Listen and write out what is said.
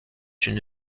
une